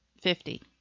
Fifty